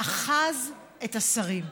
אחז בשרים.